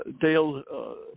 Dale